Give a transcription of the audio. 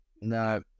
no